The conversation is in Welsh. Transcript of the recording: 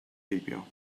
heibio